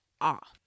off